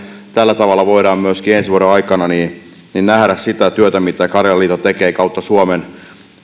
tällä tavalla voidaan myöskin ensi vuoden aikana nähdä sitä työtä mitä karjalan liitto tekee kautta suomen